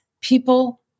people